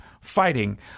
fighting